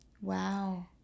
Wow